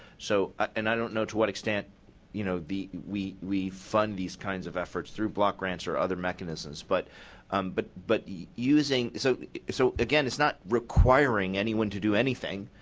so, and i don't know to what extent you know we we fund these kinds of efforts through block grants or other mechanisms, but but but using so so again it's not requiring anyone to do anything.